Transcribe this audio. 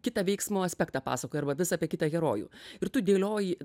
kitą veiksmo aspektą pasakoja arba vis apie kitą herojų ir tu dėlioji